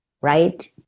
right